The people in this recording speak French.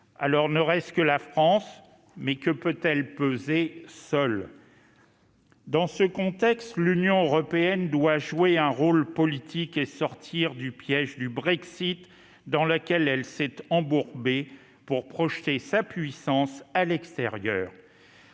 Il ne reste que la France, mais que peut-elle peser seule ? Dans ce contexte, l'Union européenne doit jouer un rôle politique et sortir du piège du Brexit, dans laquelle elle s'est embourbée, pour projeter sa puissance à l'extérieur.